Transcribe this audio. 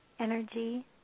energy